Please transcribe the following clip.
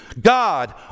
God